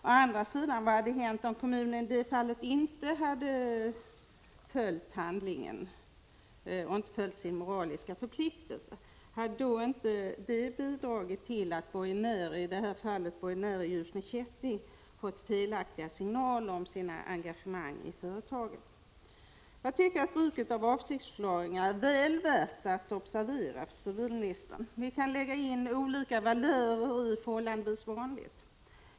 Å andra sidan: Vad hade hänt om kommunen inte hade stått vid sin ”moraliska förpliktelse”? Hade det då inte bidragit till att borgenärer, i det här fallet för Ljusne Kätting, fått felaktiga signaler om sina engagemang i företaget? Jag tycker att bruket av avsiktsförklaringar är väl värt att observera för civilministern. Vi kan lägga in olika valör i orden ”förhållandevis vanligt”.